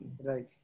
Right